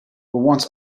were